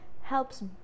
helps